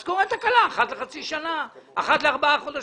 אז קורית תקלה אחת לחצי שנה, אחת לארבעה חודשים,